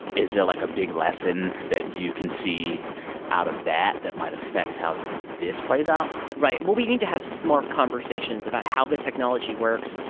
is there, like, a big lesson that you can see out of that that might affect how this plays out? right. well, we need to have smart conversations about how the technology works.